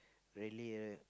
really r~